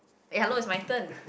eh hello it's my turn